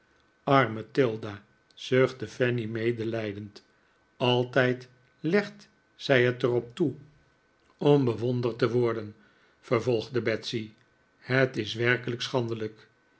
arme tilda zuchtte fanny medelijdend altijd legt zij het er op toe om bewonderd te worden vervolgde betsy het is werkelijk schandelijk